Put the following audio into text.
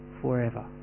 forever